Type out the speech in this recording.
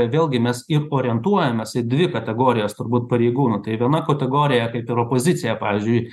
vėlgi mes ir orientuojamės į dvi kategorijas turbūt pareigūnų tai viena kategorija kaip ir opozicija pavyzdžiui